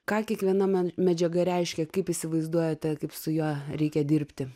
ką kiekviena men medžiaga reiškia kaip įsivaizduojate kaip su ja reikia dirbti